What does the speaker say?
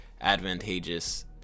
advantageous